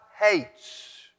hates